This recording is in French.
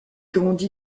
grandi